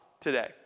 today